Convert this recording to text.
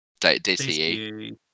DCE